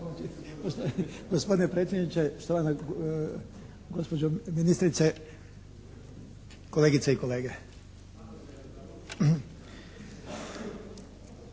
gospodine predsjedniče. Gospođo ministrice, kolegice i kolege.